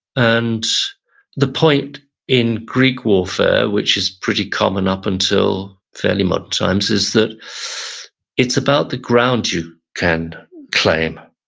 and the point in greek warfare, which is pretty common up until fairly modern times, is that it's about the ground you can claim.